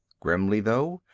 grimly, though,